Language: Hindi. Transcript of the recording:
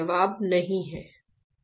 जवाब नहीं है